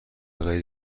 غیر